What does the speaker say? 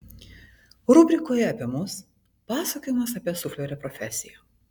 rubrikoje apie mus pasakojimas apie suflerio profesiją